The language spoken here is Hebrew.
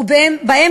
ובה,